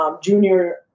junior